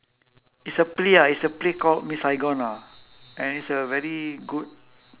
it's a play ah it's a play called miss saigon ah and it's a very good